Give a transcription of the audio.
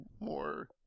More